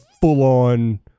full-on